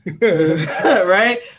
Right